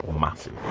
massive